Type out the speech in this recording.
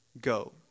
go